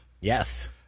Yes